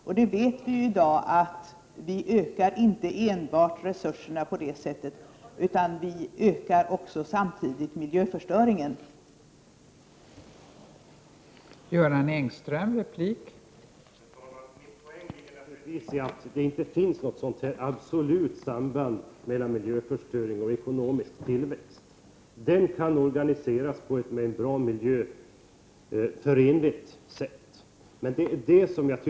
Vi vet ju i dag att inte enbart resurserna ökas på det här sättet, utan att också miljöförstöringen samtidigt ökar.